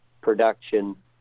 production